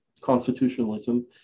constitutionalism